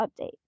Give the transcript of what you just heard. update